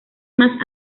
más